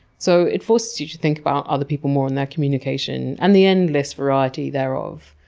so, it forces you to think about other people more in their communication and the endless variety thereof.